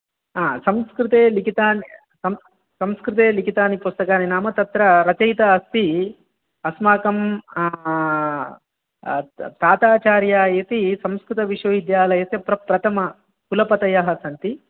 आ संस्कृते लिखितानि सं संस्कृते लिखितानि पुस्तकानि नाम तत्र रचयिता अस्ति अस्माकम् ताताचार्य इति संस्कृतविश्वविद्यालयस्य प्रप्रथम कुलपतयः सन्ति